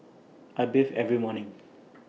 I bathe every morning